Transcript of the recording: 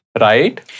right